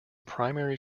primary